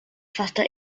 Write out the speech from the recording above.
faster